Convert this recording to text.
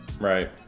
right